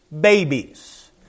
babies